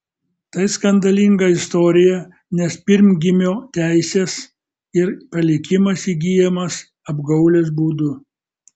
tai skandalinga istorija nes pirmgimio teisės ir palikimas įgyjamas apgaulės būdu